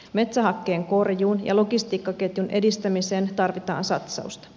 metsähakkeen korjuun ja logistiikkaketjun edistämiseen tarvitaan satsausta